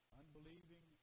unbelieving